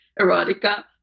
erotica